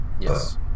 Yes